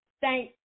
thank